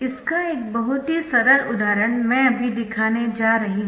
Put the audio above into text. इसका एक बहुत ही सरल उदाहरण मैं अभी दिखाने जा रही हूँ